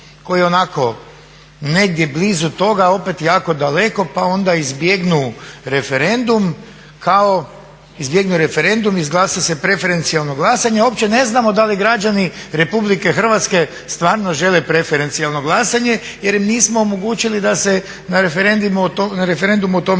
koji je onako negdje jako blizu toga a opet jako daleko pa onda izbjegnu referendum, izglasa se preferencijalno glasanje a uopće ne znamo da li građani RH stvarno žele preferencijalno glasanje jer im nismo omogućili da se na referendumu o tome